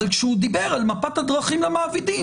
אבל כשהוא דיבר על מפת הדרכים למעבידים,